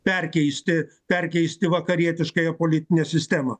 perkeisti perkeisti vakarietiškąją politinę sistemą